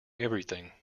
everything